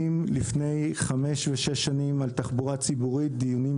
בדיונים דומים לפני חמש ושש שנים על תחבורה ציבורית.